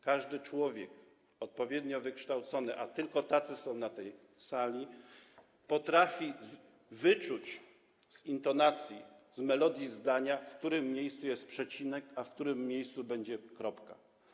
Każdy człowiek, odpowiednio wykształcony, a tylko tacy są na tej sali, potrafi wyczuć z intonacji, z melodii zdania, w którym miejscu jest przecinek, a w którym miejscu będzie kropka.